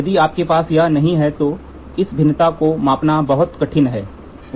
यदि आपके पास यह नहीं है तो इस भिन्नता को मापना बहुत कठिन है